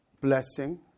blessing